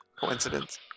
Coincidence